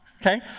okay